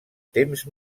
temps